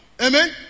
Amen